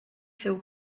féu